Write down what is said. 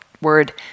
word